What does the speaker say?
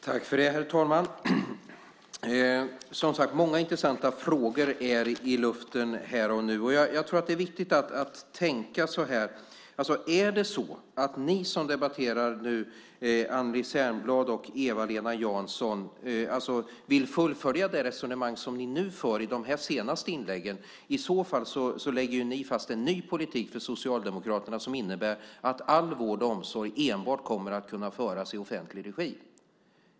Herr talman! Det är, som sagt, många intressanta frågor i luften. Jag tror att det är viktigt att tänka så här: Om ni som debatterar nu, Anneli Särnblad och Eva-Lena Jansson, vill fullfölja det resonemang som ni för i de senaste inläggen lägger ni fast en ny politik för Socialdemokraterna som innebär att all vård och omsorg enbart kommer att kunna drivas i offentlig regi.